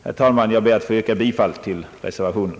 Herr talman! Jag ber att få yrka bifall till reservationen.